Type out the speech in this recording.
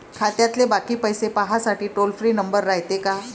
खात्यातले बाकी पैसे पाहासाठी टोल फ्री नंबर रायते का?